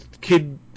kid